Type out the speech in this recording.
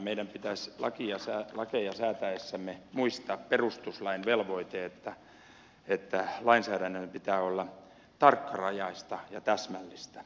meidän pitäisi lakeja säätäessämme muistaa perustuslain velvoite että lainsäädännön pitää olla tarkkarajaista ja täsmällistä